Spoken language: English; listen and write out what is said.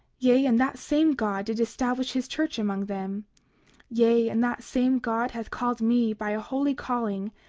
yea, and that same god did establish his church among them yea, and that same god hath called me by a holy calling,